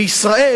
בישראל,